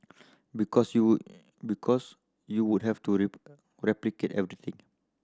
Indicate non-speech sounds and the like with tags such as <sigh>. because you because you would have to <unintelligible> replicate everything